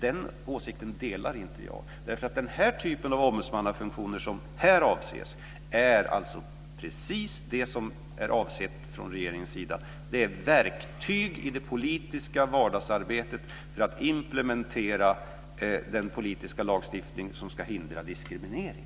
Den åsikten delar inte jag därför att den typ av ombdusmannafunktioner som här avses är precis vad som är avsett från regeringens sida. Det handlar nämligen om ett verktyg i det politiska vardagsarbetet för att implementera den politiska lagstiftning som ska hindra diskriminering.